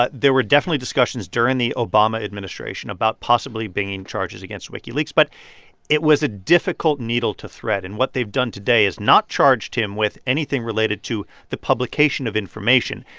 but there were definitely discussions during the obama administration about possibly bringing charges against wikileaks, but it was a difficult needle to thread and what they've done today is not charged him with anything related to the publication of information.